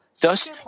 Thus